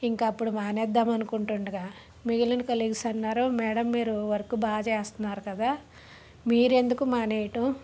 ఇంకా ఎప్పుడు మానేద్దామని అనుకుంటుండగా మిగిలిన కొలీగ్స్ అన్నారు మేడం మీరు వర్క్ బాగా చేస్తున్నారు కదా మీరు ఎందుకు మానేయటం